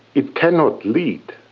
it cannot lead,